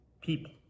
people